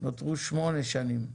נותרו שמונה שנים.